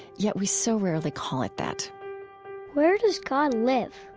yet we so rarely call it that where does god live?